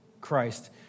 Christ